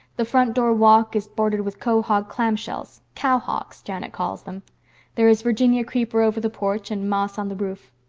the front door walk is bordered with quahog clam-shells cow-hawks, janet calls them there is virginia creeper over the porch and moss on the roof.